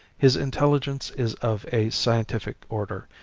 his intelligence is of a scientific order,